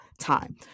time